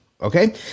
Okay